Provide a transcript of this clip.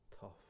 tough